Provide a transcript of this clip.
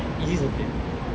easy subject